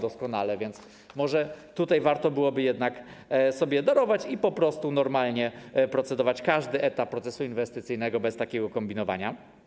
Może więc tutaj warto byłoby jednak sobie darować i po prostu normalnie procedować na każdym etapie procesu inwestycyjnego bez takiego kombinowania.